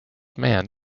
man